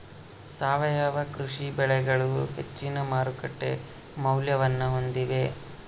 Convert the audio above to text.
ಸಾವಯವ ಕೃಷಿ ಬೆಳೆಗಳು ಹೆಚ್ಚಿನ ಮಾರುಕಟ್ಟೆ ಮೌಲ್ಯವನ್ನ ಹೊಂದಿವೆ